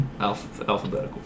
Alphabetical